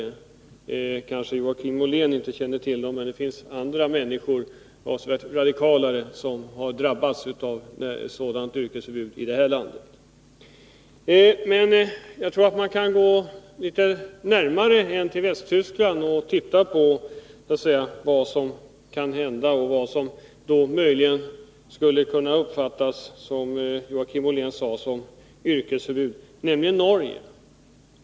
Det kanske Joakim Ollén inte kände till, men det finns andra människor — avsevärt radikalare — som har drabbats av sådant yrkesförbud i det här landet. Jag tror att man kan gå litet närmare än till Västtyskland för att titta på det som skulle kunna hända och som möjligen skulle kunna uppfattas, vilket Joakim Ollén sade, som yrkesförbud, nämligen till Norge.